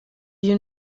you